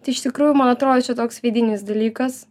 tai iš tikrųjų man atrodo čia toks vidinis dalykas